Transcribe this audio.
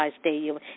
Stadium